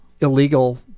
illegal